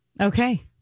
Okay